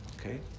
okay